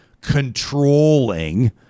controlling